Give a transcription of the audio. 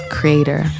Creator